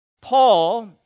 Paul